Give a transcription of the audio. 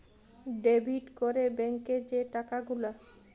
debit ক্যরে ব্যাংকে যে টাকা গুলা